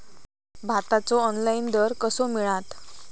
भाताचो ऑनलाइन दर कसो मिळात?